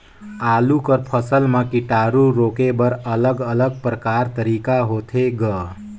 आलू कर फसल म कीटाणु रोके बर अलग अलग प्रकार तरीका होथे ग?